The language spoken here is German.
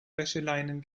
wäscheleinen